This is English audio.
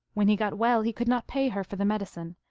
when he got well he could not pay her for the med icine.